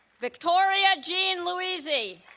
victoria jean luizzi